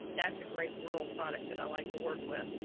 that's a great rural product that i like to work with,